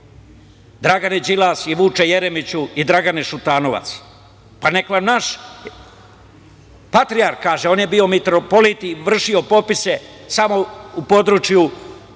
Dragane Đilas, Vuče Jeremiću i Dragane Šutanovac? Pa, neka vam naš patrijarh kaže. On je bio mitropolit i vršio popis. Samo u području